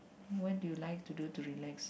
what do you like to do to relax